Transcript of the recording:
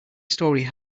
story